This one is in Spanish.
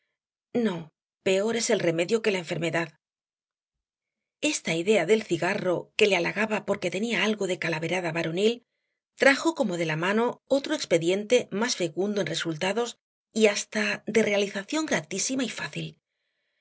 no peor es el remedio que la enfermedad esta idea del cigarro que le halagaba porque tenía algo de calaverada varonil trajo como de la mano otro expediente más fecundo en resultados y hasta de realización gratísima y fácil no